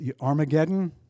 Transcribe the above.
Armageddon